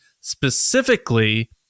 specifically